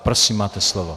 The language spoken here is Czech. Prosím, máte slovo.